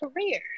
career